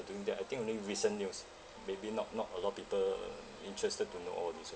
doing that I think only recent news maybe not not a lot of people interested to know all these ah